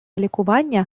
лікування